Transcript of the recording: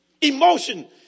Emotion